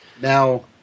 Now